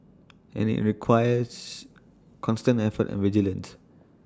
and IT requires constant effort and vigilance